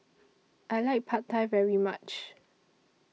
I like Pad Thai very much